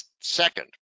Second